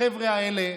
החבר'ה האלה,